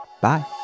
Bye